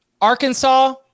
Arkansas